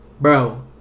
Bro